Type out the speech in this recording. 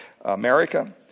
America